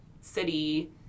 city